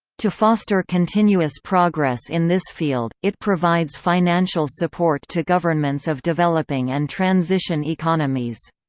to foster continuous progress in this field, it provides financial support to governments of developing and transition economies.